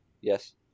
Yes